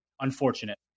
unfortunate